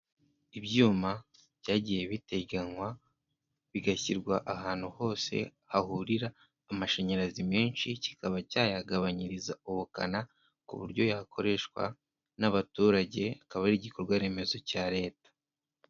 Ibyuma byagiye biteganywa bigashyirwa ahantu hose hahurira amashanyarazi menshi kikaba cyayayagagabanyiriza ubukana ku buryo yakoreshwa n'abaturage akaba ari igikorwaremezo cya leta.